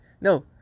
No